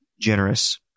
generous